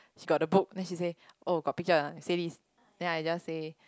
she got the book then she say oh got picture or not I say this then I just say